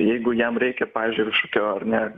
jeigu jam reikia pavyzdžiui ir iššūkio ar ne